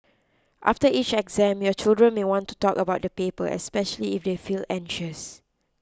after each exam your children may want to talk about the paper especially if they feel anxious